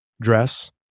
dress